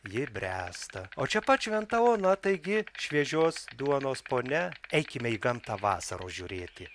ji bręsta o čia pat šventa ona taigi šviežios duonos ponia eikime į gamtą vasaros žiūrėti